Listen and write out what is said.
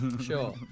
Sure